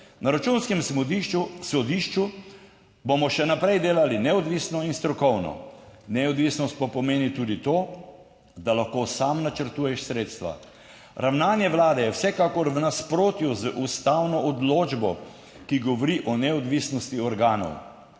Na računskem sodišču bomo še naprej delali neodvisno in strokovno. Neodvisnost pa pomeni tudi to, da lahko sam načrtuješ sredstva. Ravnanje vlade je vsekakor v nasprotju z ustavno odločbo, ki govori o neodvisnosti organov.